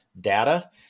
data